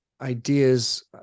ideas